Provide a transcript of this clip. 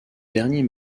dernier